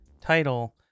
title